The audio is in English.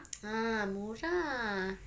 ah murah